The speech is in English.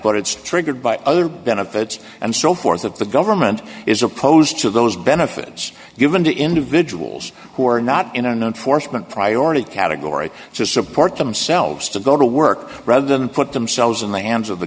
but it's triggered by other benefits and so forth that the government is opposed to those benefits given to individuals who are not in a known force meant priority category to support themselves to go to work rather than put themselves in the hands of the